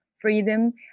freedom